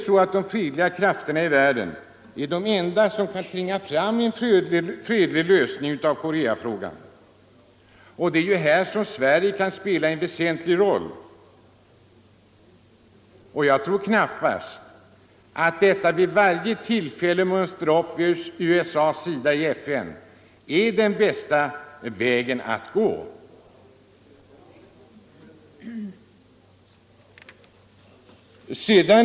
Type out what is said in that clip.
De fredliga krafterna i världen är de enda som kan tvinga fram en fredlig lösning av Koreafrågan, och det är i detta sammanhang som Sverige kan spela en väsentlig roll. Jag tror knappast att den bästa vägen är att vid varje tillfälle ställa upp vid USA:s sida i FN.